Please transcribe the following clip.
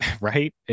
right